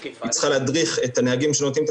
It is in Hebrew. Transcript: היא צריכה להדריך את הנהגים שנותנים את